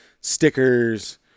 stickers